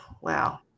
Wow